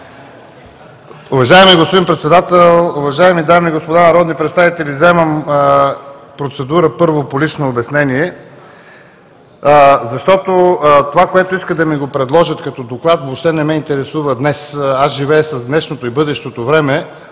Уважаеми господин Председател, уважаеми дами и господа народни представители! Вземам процедура, първо, по лично обяснение, защото това, което искат да ми предложат като Доклад, въобще не ме интересува. Аз живея с днешното и с бъдещето време.